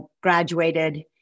graduated